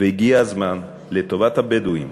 והגיע הזמן, לטובת הבדואים,